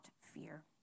fear